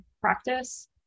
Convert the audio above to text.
practice